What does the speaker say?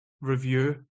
review